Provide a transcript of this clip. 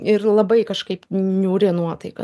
ir labai kažkaip niūri nuotaika